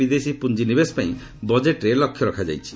ବିଦେଶୀ ପୁଞ୍ଜିନିବେଶ ପାଇଁ ବଜେଟ୍ରେ ଲକ୍ଷ୍ୟ ରଖାଯାଇଛି